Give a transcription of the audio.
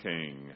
King